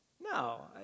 No